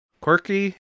quirky